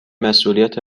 مسئولیت